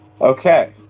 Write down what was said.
Okay